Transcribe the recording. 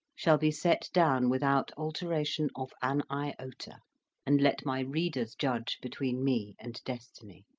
shall be set down without alteration of an iota and let my readers judge between me and destiny.